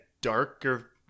darker